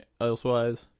elsewise